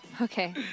Okay